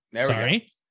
Sorry